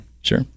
sure